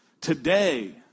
Today